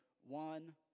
one